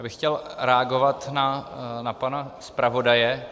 Já bych chtěl reagovat na pana zpravodaje.